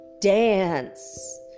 dance